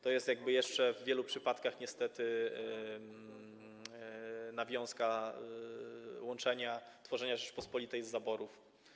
To jest jeszcze w wielu przypadkach niestety nawiązka łączenia, tworzenia Rzeczypospolitej z zaborów.